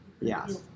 Yes